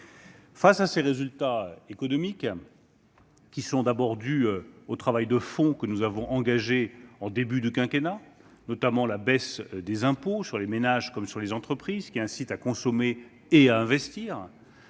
euro. Ces résultats économiques sont, d'abord, dus au travail de fond que nous avons engagé en début de quinquennat, notamment la baisse des impôts sur les ménages comme sur les entreprises qui incite à consommer et à investir.